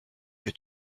que